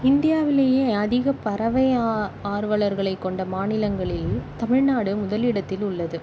இந்தியாவிலேயே அதிக பறவை ஆ ஆர்வலர்களைக் கொண்ட மாநிலங்களில் தமிழ்நாடு முதல் இடத்தில் உள்ளது